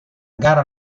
gara